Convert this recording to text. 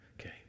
Okay